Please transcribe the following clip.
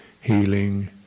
healing